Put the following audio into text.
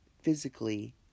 physically